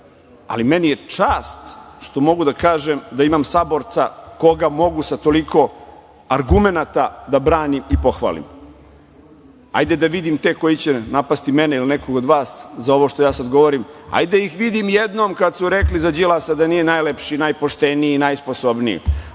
ali meni je čast što mogu da kažem da imam saborca koga mogu sa toliko argumenata da branim i pohvalim. Hajde da vidim te koji će napasti mene ili nekog od vas za ovo što ja sad govorim. Hajde da ih vidim jednom kada su rekli za Đilasa da nije najlepši, najpošteniji, najsposobniji.